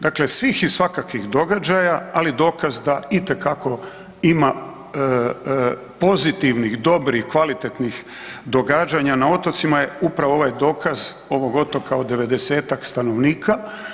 Dakle, svih i svakakvih događaja ali dokaz da itekako ima pozitivnih, dobrih, kvalitetnih događanja na otocima je upravo ovaj dokaz ovog otoka od 90-tak stanovnika.